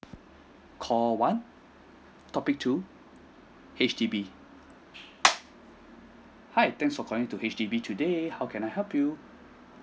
call one topic two H_D_B hi thanks for calling to H_D_B today how can I help you